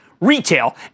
retail